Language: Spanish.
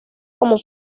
como